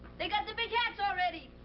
they got the big hats already.